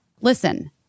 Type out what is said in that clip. Listen